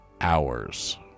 hours